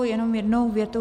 Jenom jednou větou.